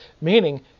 Meaning